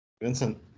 Vincent